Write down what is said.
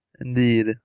Indeed